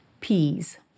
peas